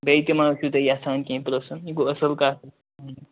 بیٚیہِ تہٕ ما ٲسِو تُہۍ یَژھان کیٚنٛہہ پرٕٛژھُن یہِ گوٚو اَصٕل کتھ ؤنِو